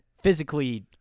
physically